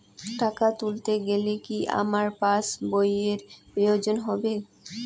টাকা তুলতে গেলে কি আমার পাশ বইয়ের প্রয়োজন হবে?